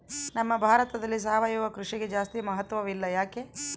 ನಮ್ಮ ಭಾರತದಲ್ಲಿ ಸಾವಯವ ಕೃಷಿಗೆ ಜಾಸ್ತಿ ಮಹತ್ವ ಇಲ್ಲ ಯಾಕೆ?